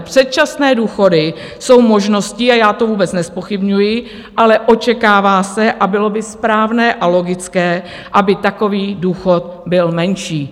Předčasné důchody jsou možností, a já to vůbec nezpochybňuji, ale očekává se a bylo by správné a logické, aby takový důchod byl menší.